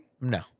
No